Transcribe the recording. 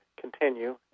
continue